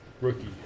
rookie